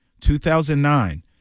2009